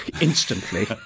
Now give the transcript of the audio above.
instantly